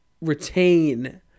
retain